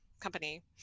company